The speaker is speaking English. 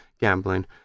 gambling